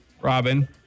Robin